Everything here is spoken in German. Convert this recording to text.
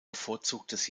bevorzugtes